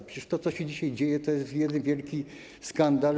Przecież to, co się dzisiaj dzieje, to jest jeden wielki skandal.